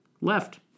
Left